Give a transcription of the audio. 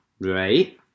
Right